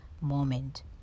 moment